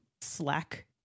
slack